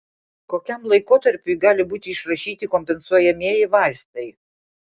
kokiam laikotarpiui gali būti išrašyti kompensuojamieji vaistai